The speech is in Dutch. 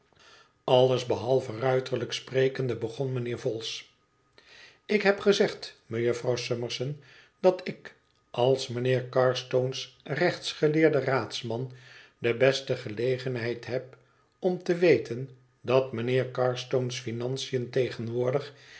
behalve ruiterlijk sprekende begon mijnheer vholes ik heb gezegd mejufvrouw summerson dat ik als mijnheer carstone's rechtsgeleerde raadsman de beste gelegenheid heb om te weten dat mijnheer carstone's financiën tegenwoordig